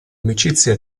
amicizia